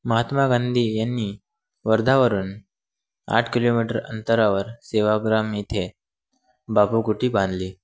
महात्मा गांधी यांनी वर्धावरून आठ किलोमीटर अंतरावर सेवाग्राम येथे बापू कुटी बांधली